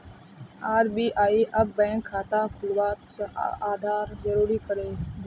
RBI अब bank खाता खुलवात आधार ज़रूरी करे दियाः